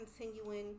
continuing